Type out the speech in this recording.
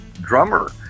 drummer